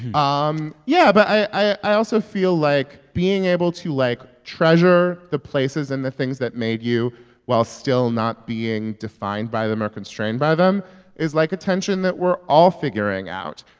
um yeah, but i also feel like being able to, like, treasure the places and the things that made you while still not being defined by them or constrained by them is, like, a tension that we're all figuring out.